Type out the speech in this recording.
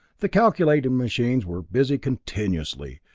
the calculating machines were busy continuously,